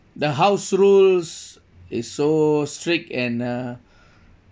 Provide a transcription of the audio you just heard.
the house rules is so strict and uh